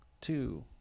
two